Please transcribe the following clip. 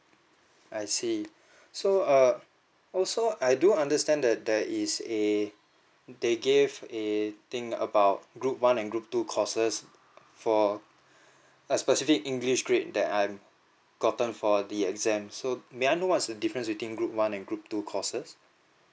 I see so err also I do understand that there is a they gave a thing about group one and group two courses for a specific english grade that I've gotten for the exam so may I know what's the difference between group one and group two courses